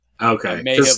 Okay